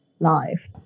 life